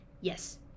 yes